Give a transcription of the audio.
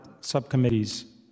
subcommittee's